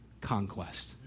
conquest